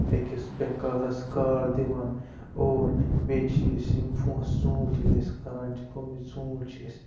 أکِس بیٚکارَس کار دِوان اور بیٚیہِ چھِ أسۍ یِم ژوٗنٛٹھۍ ییٚلہِ أسۍ کَران چھِ ژوٗنٛٹھۍ چھِ أسۍ